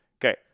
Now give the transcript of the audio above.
Okay